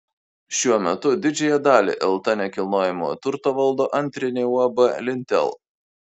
šiuo metu didžiąją dalį lt nekilnojamojo turto valdo antrinė uab lintel